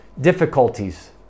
difficulties